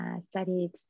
studied